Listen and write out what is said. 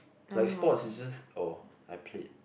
like sports is just oh I played